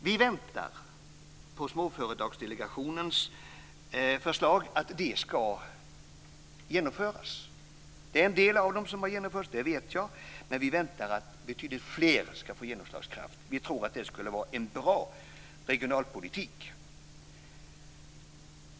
Vi väntar på att Småföretagsdelegationens förslag ska genomföras. Det är en del av dem som har genomförts, det vet jag, men vi väntar på att betydligt fler ska få genomslagskraft. Vi tror att det skulle vara en bra regionalpolitik.